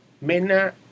Mena